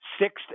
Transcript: sixth